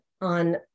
on